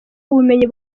ubumenyi